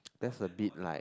that's a bit like